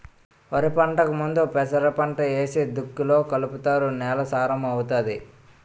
వరిపంటకు ముందు పెసరపంట ఏసి దుక్కిలో కలుపుతారు నేల సారం అవుతాది